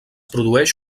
produeix